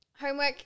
Homework